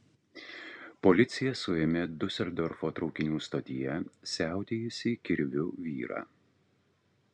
policija suėmė diuseldorfo traukinių stotyje siautėjusį kirviu vyrą